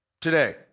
today